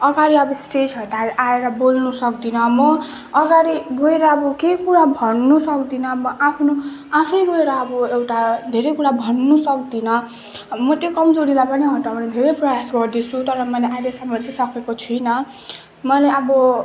अगाडि अब स्टेजहरूतिर आएर बोल्नु सक्दिनँ म अगाडि गएर अब केही कुरा भन्नु सक्दिनँ अब आफ्नो आफै गएर अब एउटा धेरै कुरा भन्नु सक्दिनँ म त्यो कमजोरीलाई पनि हटाउने धेरै प्रयास गर्दैछु तर मैले अहिलेसम्म चाहिँ सकेको छुइनँ मैले अब